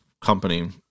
company